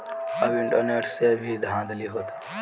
अब इंटरनेट से भी धांधली होता